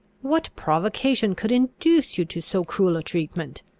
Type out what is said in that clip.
what provocation could induce you to so cruel a treatment?